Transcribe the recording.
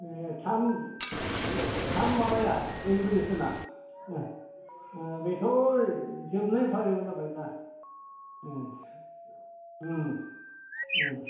ए थाम माबाया एलिभेसनआ अ बेथ' जोबनायनि फारियाव जाबाय दा औ